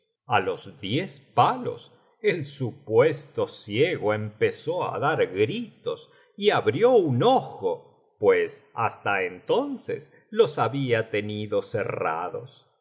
a los diez palos el supuesto ciego empezó á dar gritos y abrió un ojo pues hasta entonces los había tenido cerrados y